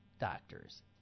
doctors